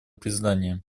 признание